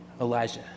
Elijah